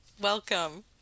welcome